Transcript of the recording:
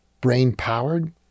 brain-powered